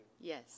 Yes